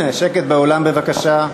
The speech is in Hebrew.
שקט באולם בבקשה.